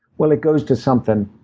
well, it goes to something